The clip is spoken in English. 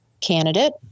candidate